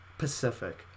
Pacific